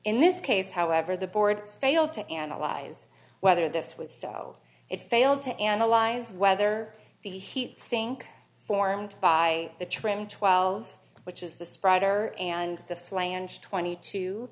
in this case however the board failed to analyze whether this was so it failed to analyze whether the heat sink formed by the trim twelve which is the spreader and the flange twenty two